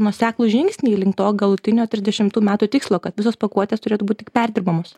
nuoseklūs žingsniai link to galutinio tridešimtų metų tikslo kad visos pakuotės turėtų būt tik perdirbamos